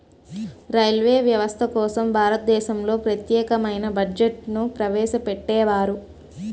railway వ్యవస్థ కోసం భారతదేశంలో ప్రత్యేకమైన బడ్జెట్ను ప్రవేశపెట్టేవారు